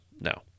no